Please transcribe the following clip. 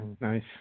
nice